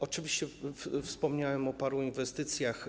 Oczywiście wspomniałem o paru inwestycjach.